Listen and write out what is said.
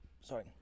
Sorry